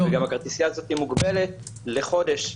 הכרטיסייה הזאת מוגבלת לחודש.